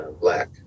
black